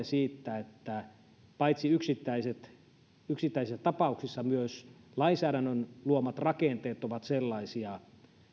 siitä että paitsi yksittäiset yksittäiset tapaukset myös lainsäädännön luomat rakenteet ovat sellaisia